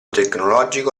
tecnologico